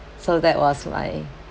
so that was why